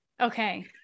Okay